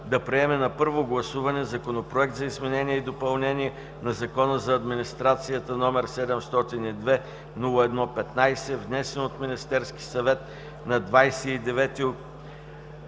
да приеме на първо гласуване Законопроект за изменение и допълнение на Закона за администрацията, № 702-01-15, внесен от Министерския съвет на 29